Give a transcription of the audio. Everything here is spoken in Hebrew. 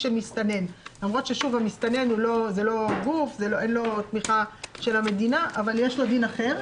וזה לא טוב לכם, אבל זה לא חשוב.